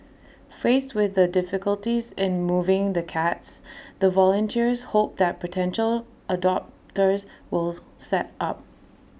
faced with the difficulties in moving the cats the volunteers hope that potential adopters will step up